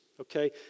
okay